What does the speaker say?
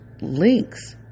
links